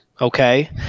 okay